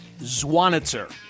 Zwanitzer